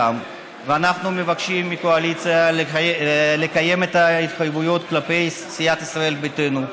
ואנחנו מבקשים מהקואליציה לקיים את ההתחייבות כלפי סיעת ישראל ביתנו,